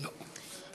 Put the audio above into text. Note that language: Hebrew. לא.